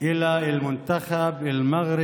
אבל הם לא דוברי ערבית.